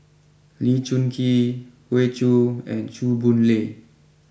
Lee Choon Kee Hoey Choo and Chew Boon Lay